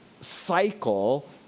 cycle